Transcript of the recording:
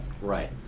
right